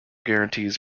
guarantees